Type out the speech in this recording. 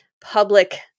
public